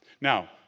Now